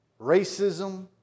racism